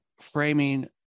framing